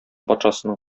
патшасының